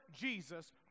Jesus